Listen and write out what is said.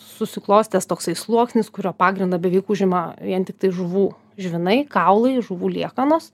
susiklostęs toksai sluoksnis kurio pagrindą beveik užima vien tiktai žuvų žvynai kaulai žuvų liekanos